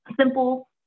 simple